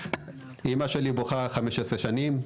אימא שלי בוכה 15 שנים.